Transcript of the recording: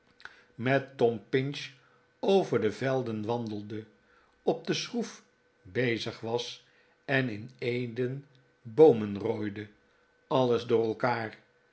zetom pinch over de velden wandelde op f de schroef bezig was en in eden boomen rooide alles door elkaar